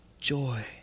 joy